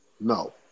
No